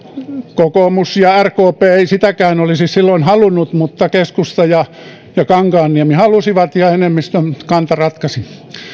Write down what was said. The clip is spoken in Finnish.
kokoomus ja rkp eivät sitäkään olisi silloin halunneet mutta keskusta ja kankaanniemi halusivat ja enemmistön kanta ratkaisi